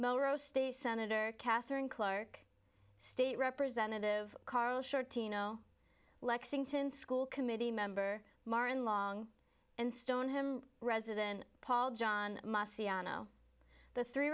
oh state senator katherine clark state representative carl short teano lexington school committee member martin long and stone him resident paul john the three